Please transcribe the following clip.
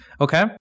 okay